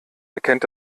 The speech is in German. erkennt